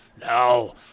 no